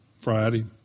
Friday